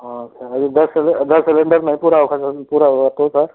हाँ हाँ एक बार गैस सिलेंडर नहीं पूरा पूरा होगा तो सर